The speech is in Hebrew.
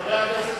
חבר הכנסת